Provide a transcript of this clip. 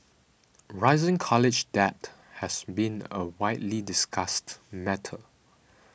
rising college debt has been a widely discussed matter